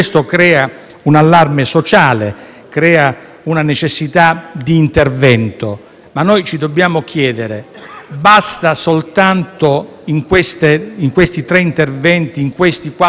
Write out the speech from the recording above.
e una necessità di intervento. Noi, però, ci dobbiamo chiedere: basta soltanto, con questi tre interventi in questi quattro anni, aumentare